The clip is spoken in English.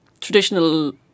traditional